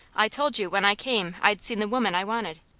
i told you when i came i'd seen the woman i wanted.